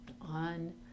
on